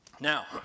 Now